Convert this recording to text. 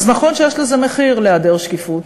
אז נכון שיש לזה מחיר, להיעדר השקיפות,